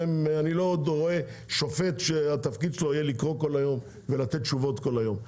אני לא רואה שופט שהתפקיד שלו יהיה לקרוא כל היום ולתת תשובות כל היום.